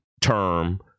term